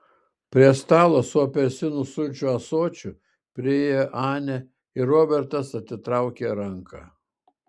prie stalo su apelsinų sulčių ąsočiu priėjo anė ir robertas atitraukė ranką